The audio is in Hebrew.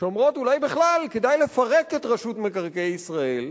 שאומרות שאולי בכלל כדאי לפרק את רשות מקרקעי ישראל,